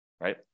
right